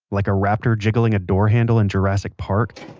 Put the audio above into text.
like a raptor jiggling a door handle in jurassic park,